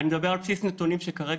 אני מדבר על בסיס נתונים שהצטברו.